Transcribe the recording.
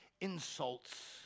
insults